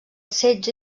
setge